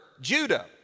Judah